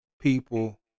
people